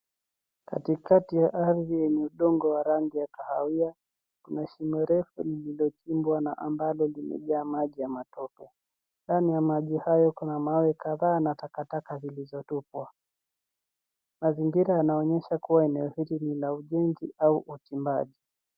Katikati ya ardhi yenye udongo ya randi ya kahawia kuna shime refu lililochimbwa na ambalo limejaa maji ya matope. Ndani yamaji hayo kuna mawe kadhaa na takataka zilizotupwa. Mazingira yanaonyesha kuwa eneo hili lina ujenzi au uchimbaji.